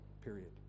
period